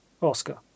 Oscar